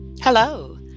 Hello